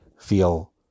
feel